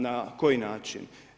Na koji način?